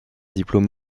diplôme